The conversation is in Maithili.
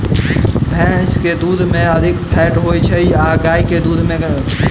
भैंस केँ दुध मे अधिक फैट होइ छैय या गाय केँ दुध में?